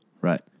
Right